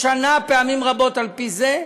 משנה פעמים רבות על-פי זה,